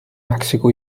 mexico